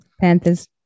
panthers